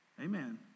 Amen